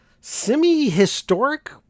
semi-historic